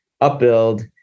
upbuild